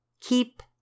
Keep